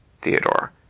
Theodore